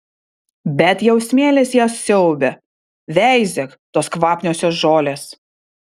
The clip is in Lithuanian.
bet jau smėlis jas siaubia veizėk tos kvapniosios žolės